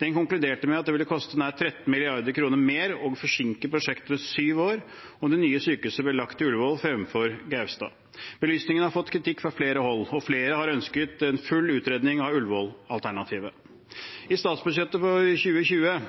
Den konkluderte med at det ville koste nær 13 mrd. kr mer og forsinke prosjektet med syv år om det nye sykehuset ble lagt til Ullevål fremfor til Gaustad. Belysningen har fått kritikk fra flere hold, og flere har ønsket en full utredning av Ullevål-alternativet. I statsbudsjettet for 2020